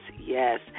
yes